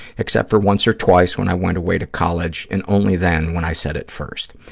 except for once or twice when i went away to college, and only then when i said it first.